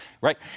right